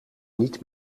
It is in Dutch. niet